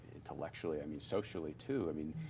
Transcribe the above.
intellectually, i mean socially too. i mean